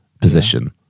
position